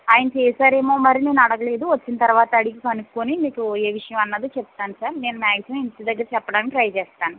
ఆయన చేశారేమో మరి నేనడగలేదు వచ్చిన తరువాత అడిగి కనుక్కుని మీకు ఏ విషయం అన్నది చెప్తాను సార్ నేను మ్యాగ్జిమం ఇంటిదగ్గర చెప్పడానికి ట్రై చేస్తాను